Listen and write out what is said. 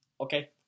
okay